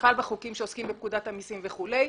ובכלל בחוקים שעוסקים בפקודת המסים וכולי,